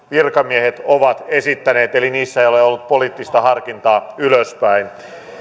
virkamiehet ovat esittäneet eli niissä ei ole ollut poliittista harkintaa ylöspäin